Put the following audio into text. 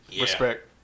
respect